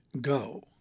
Go